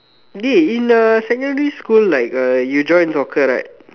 dey in the secondary school like uh you join soccer right